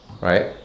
Right